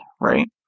right